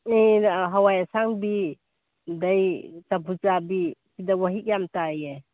ꯍꯋꯥꯏ ꯑꯁꯥꯡꯕꯤ ꯑꯗꯩ ꯆꯝꯐꯨꯠ ꯆꯥꯕꯤ ꯁꯤꯗ ꯋꯥꯍꯤꯛ ꯌꯥꯝ ꯇꯥꯏꯌꯦ